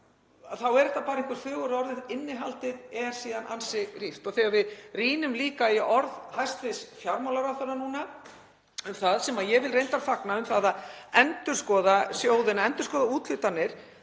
þá eru þetta bara einhver fögur orð en innihaldið er síðan ansi rýrt. Og þegar við rýnum líka í orð hæstv. fjármálaráðherra um það sem ég vil reyndar fagna, um að endurskoða sjóðina og endurskoða úthlutanir